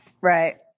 Right